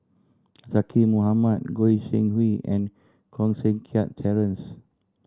Zaqy Mohamad Goi Seng Hui and Koh Seng Kiat Terence